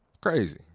Crazy